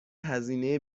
هزینه